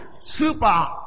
super